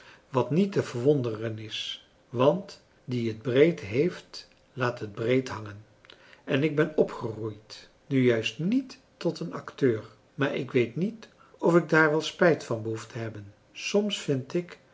wat niet te verwonderen is want die het breed heeft laat het breed hangen en ik ben opgegroeid nu juist niet tot een acteur maar ik weet niet of ik daar wel spijt van behoef te hebben soms vind ik